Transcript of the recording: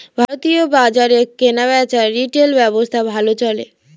ভারতীয় বাজারে কেনাবেচার রিটেল ব্যবসা ভালো চলে